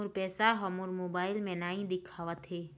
मोर पैसा ह मोर मोबाइल में नाई दिखावथे